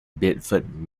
bedford